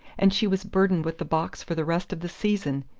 and she was burdened with the box for the rest of the season!